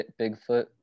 Bigfoot